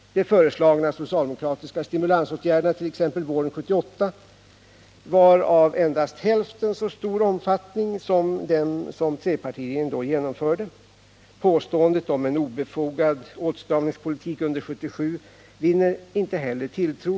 De föreslagna socialdemokratiska stimulansåtgärderna, t.ex. våren 1978, var av endast hälften så stor omfattning som dem som trepartiregeringen då genomförde. Påståendet om en obefogad åtstramningspolitik under 1977 vinner inte heller tilltro.